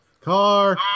Car